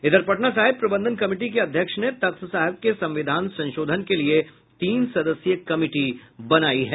इधर पटना साहिब प्रबंधन कमिटी के अध्यक्ष ने तख्त साहिब के संविधान संशोधन के लिए तीन सदस्यीय कमिटी बनायी है